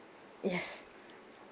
yes